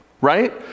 right